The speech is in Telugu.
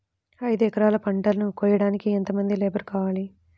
ఐదు ఎకరాల పంటను కోయడానికి యెంత మంది లేబరు కావాలి?